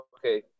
okay